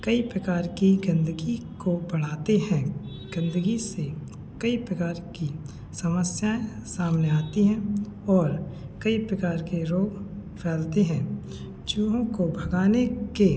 कई प्रकार की गंदगी को बढ़ाते हैं गंदगी से कई प्रकार की समस्याएँ सामने आती हैं और कई प्रकार के रोग फैलते हैं चूहों को भगाने के